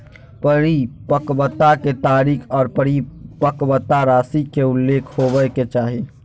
परिपक्वता के तारीख आर परिपक्वता राशि के उल्लेख होबय के चाही